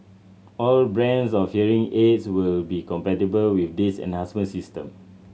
all brands of hearing aids will be compatible with these enhancement system